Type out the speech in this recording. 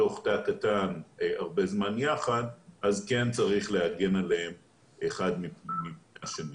בתוך תא קטן הרבה זמן יחד אז כן צריך להגן עליהם אחד מפני השני.